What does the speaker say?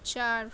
چار